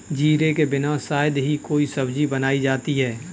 जीरे के बिना शायद ही कोई सब्जी बनाई जाती है